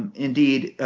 indeed,